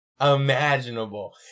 imaginable